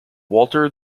walter